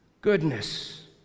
goodness